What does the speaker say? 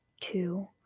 two